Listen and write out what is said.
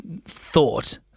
thought